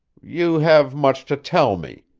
you have much to tell me.